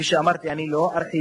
אני לא מדבר